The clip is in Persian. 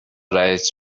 رئیس